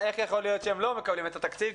איך יכול להיות שהם לא מקבלים את התקציב.